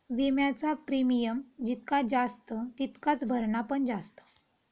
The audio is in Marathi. विम्याचा प्रीमियम जितका जास्त तितकाच भरणा पण जास्त